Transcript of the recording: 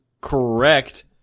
correct